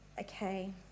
okay